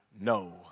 no